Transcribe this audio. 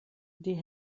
die